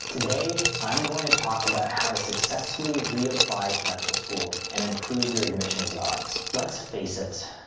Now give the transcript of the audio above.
today i'm going to talk about how to successfully reapply to medical school and improve your admissions odds. let's face it.